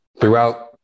throughout